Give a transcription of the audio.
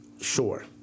sure